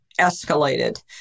escalated